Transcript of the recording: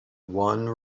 one